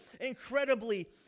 incredibly